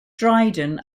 dryden